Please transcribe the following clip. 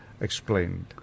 explained